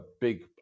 big